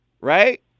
Right